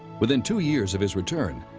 within two years of his return,